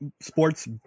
sports